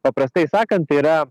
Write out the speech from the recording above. paprastai sakant tai yra